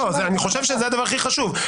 אני חושב שזה הדבר הכי חשוב.